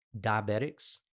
diabetics